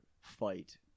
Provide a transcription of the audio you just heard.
fight